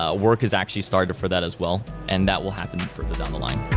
ah work has actually started for that as well and that will happen further down the line.